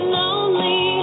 lonely